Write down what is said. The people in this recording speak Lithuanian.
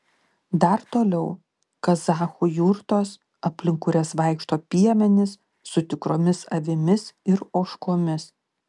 dar toliau kazachų jurtos aplink kurias vaikšto piemenys su tikromis avimis ir ožkomis